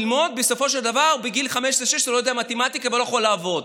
ללמוד ובסופו של דבר בגיל 16-15 הוא לא יודע מתמטיקה ולא יכול לעבוד,